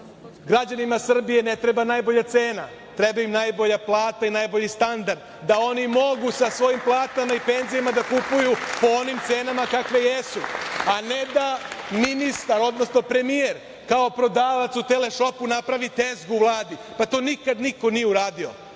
Građanima Srbije ne treba najbolja cena, treba im najbolja plata i najbolji standard, da oni mogu sa svojim platama i penzijama da kupuju po onim cenama kakve jesu, a ne da ministar, odnosno premijer, kao prodavac u TV šopu napravi tezgu u Vladi. To nikad niko nije uradio.